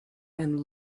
and